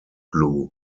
blue